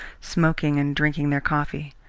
smoking and drinking their coffee,